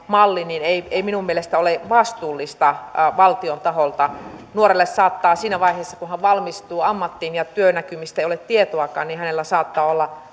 malli ei ei minun mielestäni ole vastuullista valtion taholta nuorella saattaa siinä vaiheessa kun hän valmistuu ammattiin ja työnäkymistä ei ole tietoakaan olla